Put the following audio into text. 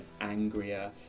angrier